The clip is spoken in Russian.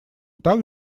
так